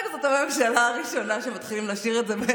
זאת לא הממשלה הראשונה שבה מתחילים לשיר את זה,